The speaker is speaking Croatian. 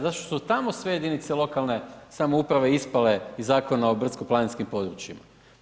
Zašto su od tamo sve jedinice lokalne samouprave ispale iz Zakona o brdsko-planinskim područjima.